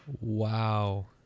wow